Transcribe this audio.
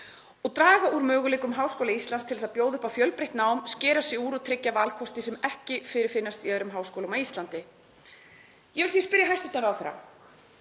og draga úr möguleikum Háskóla Íslands til þess að bjóða upp á fjölbreytt nám, skera sig úr og tryggja valkosti sem ekki fyrirfinnast í öðrum háskólum á Íslandi. Ég vil því spyrja hæstv. ráðherra: